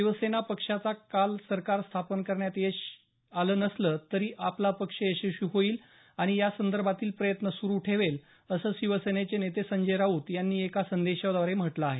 शिवसेना पक्षाला काल सरकार स्थापन करण्यात यश आलं नसलं तरी आपला पक्ष यशस्वी होईल आणि या संदर्भातील प्रयत्न सुरू ठेवेल असं शिवसेनेचे नेते संजय राऊत यांनी एका संदेशाद्वारे म्हटल आहे